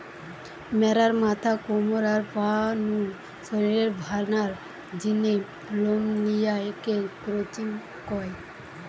ম্যাড়ার মাথা, কমর, আর পা নু শরীরের ভালার জিনে লম লিয়া কে ক্রচিং কয়